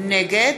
נגד